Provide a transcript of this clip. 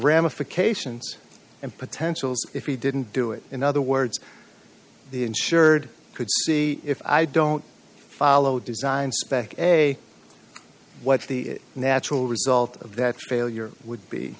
ramifications and potentials if he didn't do it in other words the insured could see if i don't follow design spec a what's the natural result of that failure would be